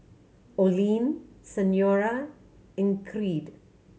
Olene Senora in Creed